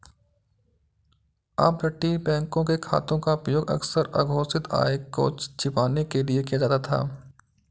अपतटीय बैंकों के खातों का उपयोग अक्सर अघोषित आय को छिपाने के लिए किया जाता था